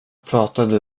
pratade